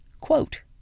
Quote